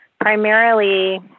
primarily